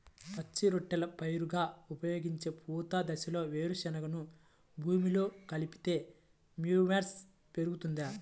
పచ్చి రొట్టెల పైరుగా ఉపయోగించే పూత దశలో వేరుశెనగను భూమిలో కలిపితే హ్యూమస్ పెరుగుతుందా?